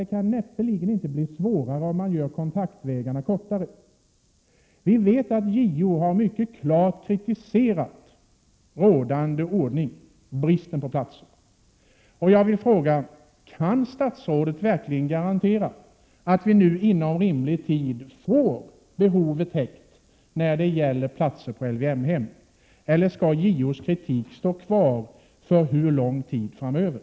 Det kan näppeligen bli svårare om man gör kontaktvägarna kortare. Vi vet att JO har kritiserat rådande ordning och bristen på platser. Jag vill fråga: Kan statsrådet verkligen garantera att vi nu inom rimlig tid får behovet av platser på LVM-hem täckt eller skall JO:s kritik stå kvar och för hur lång tid framöver?